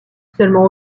seulement